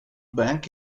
bank